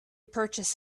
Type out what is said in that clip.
purchase